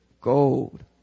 gold